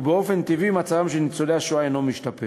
ובאופן טבעי מצבם של ניצולי השואה אינו משתפר.